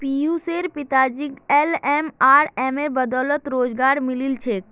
पियुशेर पिताजीक एनएलआरएमेर बदौलत रोजगार मिलील छेक